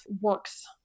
works